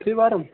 त्रिवारम्